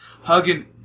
hugging